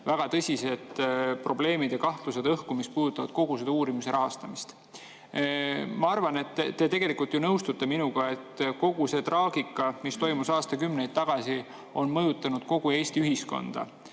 väga tõsised probleemid ja kahtlused õhku, mis puudutavad kogu seda uurimise rahastamist. Ma arvan, et te nõustute minuga, et see traagika, mis toimus aastakümneid tagasi, on mõjutanud kogu Eesti ühiskonda.